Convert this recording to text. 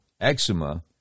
eczema